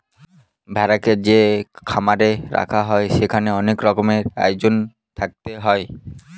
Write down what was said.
ভেড়াকে যে খামারে রাখা হয় সেখানে অনেক রকমের আয়োজন থাকতে হয়